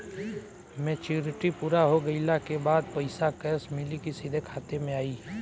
Maturity पूरा हो गइला के बाद पईसा कैश मिली की सीधे खाता में आई?